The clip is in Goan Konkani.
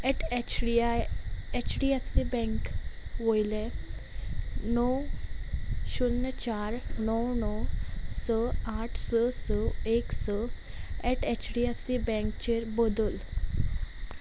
eight H D I H D F C bank वयले णव शुन्य चार णव णव स आठ स स एक स at H D F C बँकचेर बदल